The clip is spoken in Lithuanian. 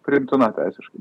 priimtina teisiškai